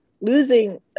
losing